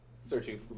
searching